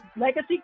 Legacy